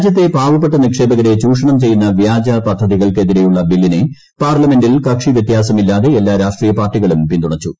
രാജ്യത്തെ പാവപ്പെട്ട നിക്ഷേപകരെ ഷ്ട്രൂഷ്ട്രന്ം ചെയ്യുന്ന വ്യാജപദ്ധതികൾക്ക് എതിരെയുള്ള ബ്രി്ലിനെ പാർലമെന്റിൽ കക്ഷി വ്യത്യാസമില്ലാതെ എല്ലാ രാഷ്ട്രീയ് പാർട്ടികളും പിന്തുണച്ചു